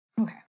Okay